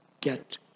Get